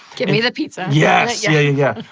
give me the pizza. yes. yeah. yeah.